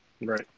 Right